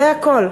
זה הכול,